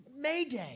mayday